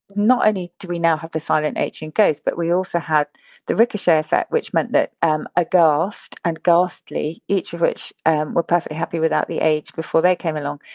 not only do we have the silent h in ghost, but we also have the ricochet effect which meant that um aghast and ghastly, each of which were perfectly happy without the h before they came along.